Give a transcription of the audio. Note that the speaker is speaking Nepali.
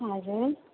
हजुर